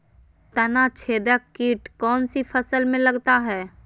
तनाछेदक किट कौन सी फसल में लगता है?